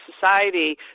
society